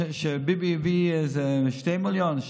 כשביבי הביא איזה 2 מיליון,